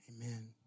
Amen